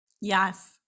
Yes